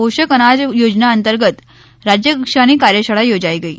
પોષક અનાજ યોજના અંતર્ગત રાજ્યકક્ષાની કાર્યશાળા યોજાઇ ગઇ